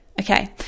Okay